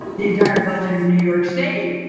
the entire budget of new york state,